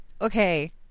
Okay